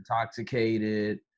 intoxicated